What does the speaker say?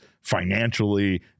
financially